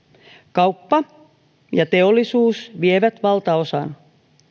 kauppa ja teollisuus vievät valtaosan